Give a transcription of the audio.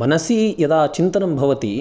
मनसि यदा चिन्तनं भवति